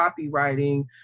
copywriting